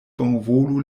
bonvolu